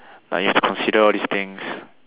like you have to consider all these things